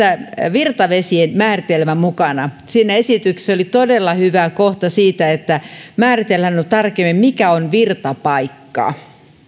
virtavesien määritelmä mukana siinä esityksessä oli todella hyvä kohta siitä että määritellään tarkemmin mikä on virtapaikka